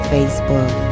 Facebook